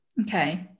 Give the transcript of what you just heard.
okay